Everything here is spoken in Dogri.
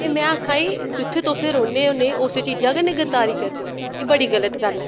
ते में आक्खा नी जित्थें तुस रौह्ने होने उस चीजा कन्नै गरदारी करदे ओ एह् बड़ी गल्त गल्ल ऐ